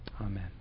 Amen